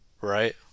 right